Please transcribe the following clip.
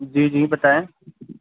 جی جی بتائیں